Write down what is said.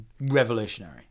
Revolutionary